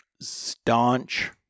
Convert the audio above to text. staunch